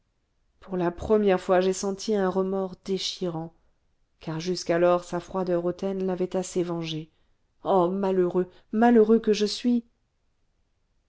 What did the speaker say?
pour la première fois j'ai senti un remords déchirant car jusqu'alors sa froideur hautaine l'avait assez vengée oh malheureux malheureux que je suis